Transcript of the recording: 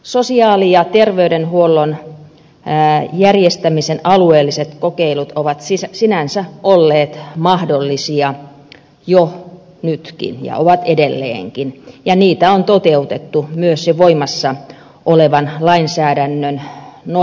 sosiaali ja terveydenhuollon järjestämisen alueelliset kokeilut ovat sinänsä olleet mahdollisia jo nytkin ja ovat edelleenkin ja niitä on toteutettu myös jo voimassa olevan lainsäädännön nojalla